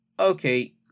Okay